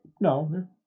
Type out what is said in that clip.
No